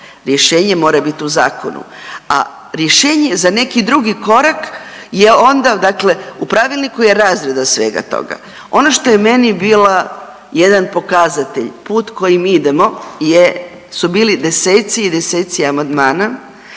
Rješenje mora biti u zakonu, a rješenje za neki drugi korak je onda dakle, u pravilniku je razrada svega toga. Ono što je meni bila jedan pokazatelj, put koji idemo jesu bili deseci i deseci amandmana